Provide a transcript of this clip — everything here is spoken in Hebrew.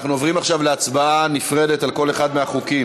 אנחנו עוברים עכשיו להצבעה נפרדת על כל אחד מהחוקים.